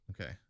Okay